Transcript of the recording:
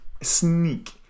sneak